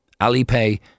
Alipay